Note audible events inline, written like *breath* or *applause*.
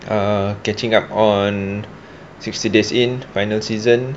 err catching up on *breath* sixty days in final season